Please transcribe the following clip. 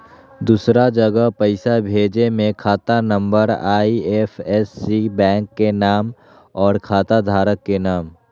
दूसरा जगह पईसा भेजे में खाता नं, आई.एफ.एस.सी, बैंक के नाम, और खाता धारक के नाम?